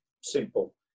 simple